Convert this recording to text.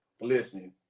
Listen